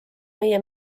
meie